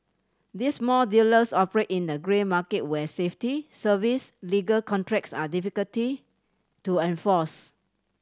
these small dealers operate in the grey market where safety service legal contracts are difficulty to enforce